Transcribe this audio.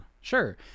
sure